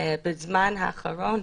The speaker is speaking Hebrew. בזמן האחרון,